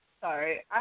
Sorry